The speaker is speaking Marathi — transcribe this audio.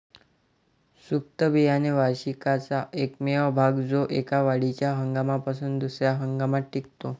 सुप्त बियाणे वार्षिकाचा एकमेव भाग जो एका वाढीच्या हंगामापासून दुसर्या हंगामात टिकतो